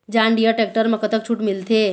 John Deere tractor म कतक छूट मिलथे?